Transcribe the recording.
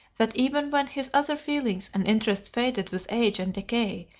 that even when his other feelings and interests faded with age and decay,